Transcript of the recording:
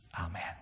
Amen